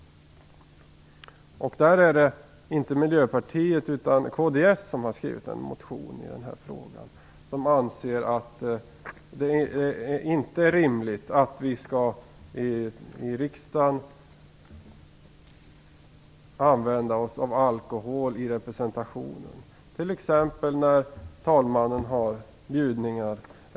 Det är inte Miljöpartiet utan Kristdemokraterna som har motionerat i frågan. Motionären anser att det inte är rimligt att riksdagen skall använda sig av alkohol i sin representation, t.ex. när talmannen har bjudningar.